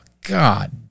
God